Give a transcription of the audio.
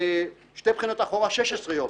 בשתי הבחינות אחורה 16 יום,